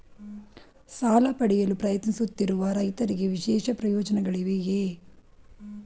ಸಾಲ ಪಡೆಯಲು ಪ್ರಯತ್ನಿಸುತ್ತಿರುವ ರೈತರಿಗೆ ವಿಶೇಷ ಪ್ರಯೋಜನಗಳಿವೆಯೇ?